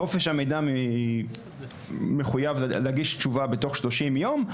חופש המידע מחויב להגיש תשובה בתוך שלושים יום,